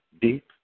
deep